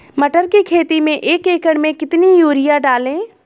मटर की खेती में एक एकड़ में कितनी यूरिया डालें?